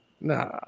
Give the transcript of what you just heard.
Nah